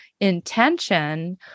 intention